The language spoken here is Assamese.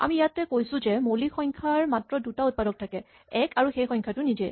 আমি ইয়াত কৈছো যে মৌলিক সংখ্যাৰ মাত্ৰ দুটা উৎপাদক থাকে এক আৰু সেই সংখ্যাটো নিজে